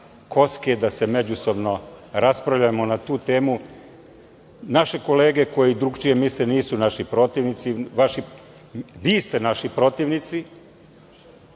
da se međusobno raspravljamo na tu temu. Naše kolege koje drugačije misle nisu naši protivnici. Vi ste naši protivnici.